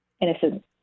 innocent